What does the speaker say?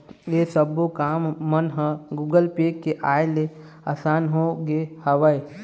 ऐ सब्बो काम मन ह गुगल पे के आय ले असान होगे हवय